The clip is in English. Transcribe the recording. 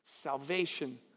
Salvation